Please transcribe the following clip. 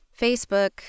Facebook